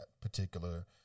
particular